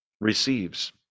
receives